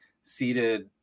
seated